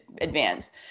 advance